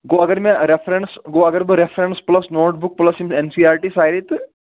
گوٚو اگر مےٚ ریفرَنس گوٚو اگر بہٕ reference plus notebook plus یِم این سی آر ٹی سارے تہٕ